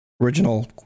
original